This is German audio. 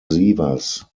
sievers